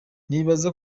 nibaza